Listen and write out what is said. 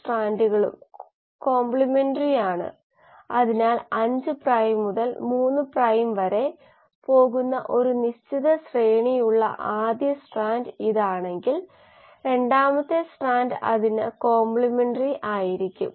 ഇത് പ്രധാനമായും പറയുന്നത് ഒരു പാട കേടുപാടുകൾ സംഭവിക്കാത്ത പാടയിൽ ഉടനീളം ഒരു ഹൈഡ്രജൻ അയോൺ ഗ്രേഡിയന്റ് ഉണ്ടെങ്കിൽ അത് എറ്റിപിയിൽ നിന്ന് എടിപി രൂപപ്പെടാനുള്ള ഊർജ്ജം നൽകുന്നു